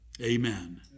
Amen